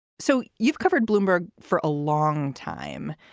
so you've covered bloomberg for a long time.